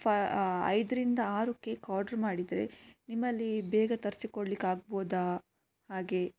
ಫ ಐದರಿಂದ ಆರು ಕೇಕ್ ಆಡ್ರ್ ಮಾಡಿದ್ರೆ ನಿಮ್ಮಲ್ಲಿ ಬೇಗ ತರಿಸಿ ಕೊಡ್ಲಿಕ್ಕೆ ಆಗ್ಬೋದಾ ಹಾಗೆ